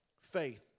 faith